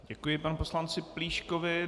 Děkuji panu poslanci Plíškovi.